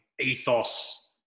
ethos